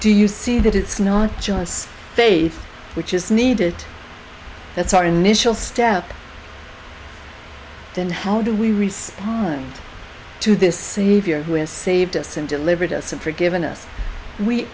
do you see that it's not just faith which is needed that's our initial step then how do we respond to this savior who has saved us and delivered us and forgiven us we